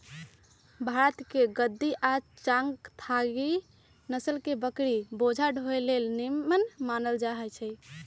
भारतके गद्दी आ चांगथागी नसल के बकरि बोझा ढोय लेल निम्मन मानल जाईछइ